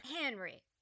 Henry